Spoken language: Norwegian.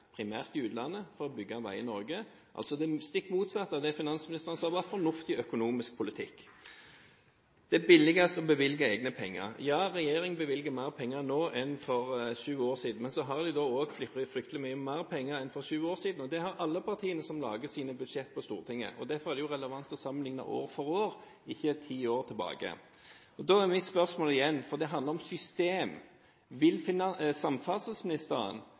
primært i utlandet, for å bygge en vei i Norge, altså det stikk motsatte av det finansministeren sa var fornuftig økonomisk politikk. Det er billigst å bevilge egne penger. Ja, regjeringen bevilger mer penger nå enn for syv år siden, men så har en også fryktelig mye mer penger enn for syv år siden. Det har alle partiene som lager sine budsjetter på Stortinget. Derfor er det også relevant å sammenligne år for år, ikke med ti år tilbake. Da er mitt spørsmål igjen, for det handler om system: Vil samferdselsministeren